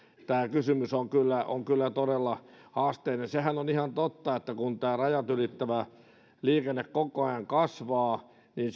tämä kysymys on kyllä on kyllä todella haasteellinen sehän on ihan totta että kun tämä rajat ylittävä liikenne koko ajan kasvaa niin